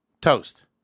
Toast